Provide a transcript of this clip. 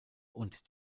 und